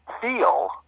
feel